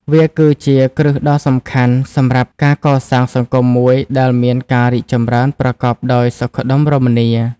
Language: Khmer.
វាគឺជា គ្រឹះដ៏សំខាន់ សម្រាប់ការកសាងសង្គមមួយដែលមានការរីកចម្រើនប្រកបដោយសុខដុមរមនា។